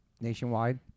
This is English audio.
nationwide